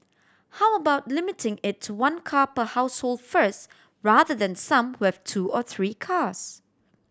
how about limiting it to one car per household first rather than some who have two or three cars